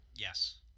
Yes